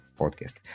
podcast